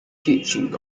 teaching